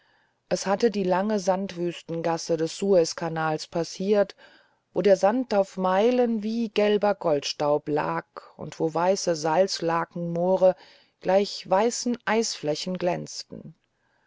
es hatte die lange sandwüstengasse des suezkanals passiert wo der sand auf meilen wie gelber goldstaub lag und wo weiße salzlakenmoore gleich weißen eisflächen glänzen